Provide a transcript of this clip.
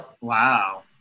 Wow